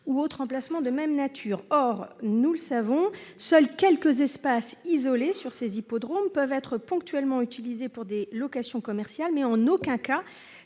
ou autres emplacements de même nature. Or seuls quelques espaces isolés sur ces hippodromes peuvent être ponctuellement utilisés pour des locations commerciales, mais en aucun cas